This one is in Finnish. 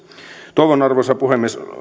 toivon arvoisa puhemies